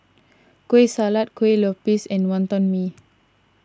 Kueh Salat Kuih Lopes and Wonton Mee